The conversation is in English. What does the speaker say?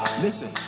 Listen